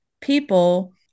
people